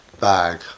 bag